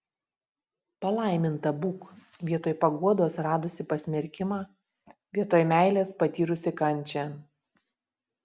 palaiminta būk vietoj paguodos radusi pasmerkimą vietoj meilės patyrusi kančią